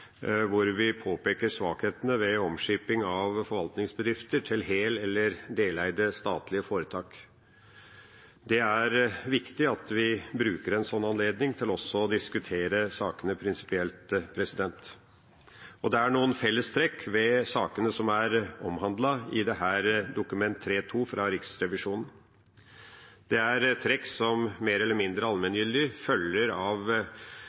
hvor vi påpeker svakhetene ved omskiping av forvaltningsbedrifter til hel- eller deleide statlige foretak. Det er viktig at vi bruker en sånn anledning til også å diskutere sakene prinsipielt. Og det er noen fellestrekk ved sakene som er omhandlet i dette Dokument 3:2 fra Riksrevisjonen. Det er trekk som mer eller mindre allmenngyldig følger av